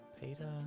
Peter